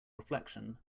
reflection